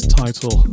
title